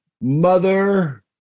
mother